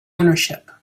ownership